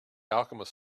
alchemist